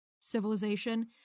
civilization